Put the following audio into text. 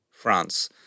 France